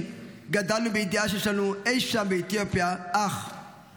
גדלנו בידיעה שיש לנו אי שם באתיופיה אח,